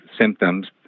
symptoms